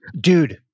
Dude